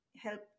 help